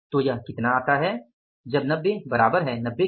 तो यह कितना आता है जब 90 बराबर है 90 के